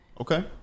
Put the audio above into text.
Okay